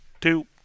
two